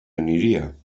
aniria